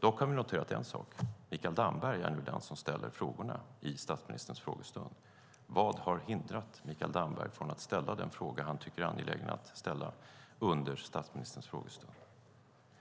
Dock har vi noterat en sak. Mikael Damberg är nu den som ställer frågorna vid statsministerns frågestund. Vad har hindrat Mikael Damberg från att ställa den fråga han tycker är angelägen att ställa under statsministerns frågestund?